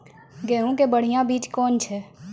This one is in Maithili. गेहूँ के बढ़िया बीज कौन छ?